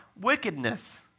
wickedness